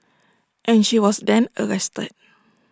and she was then arrested